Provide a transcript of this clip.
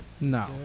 No